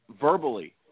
verbally